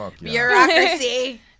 bureaucracy